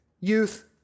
youth